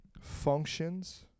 Functions